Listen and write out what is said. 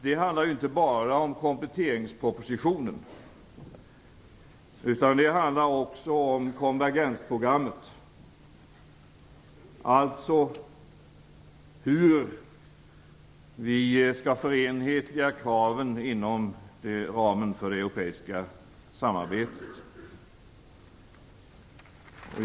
Det handlar inte bara om kompletteringspropositionen, utan det handlar också om konvergensprogrammet, alltså hur vi skall förenhetliga kraven inom ramen för det europeiska samarbetet.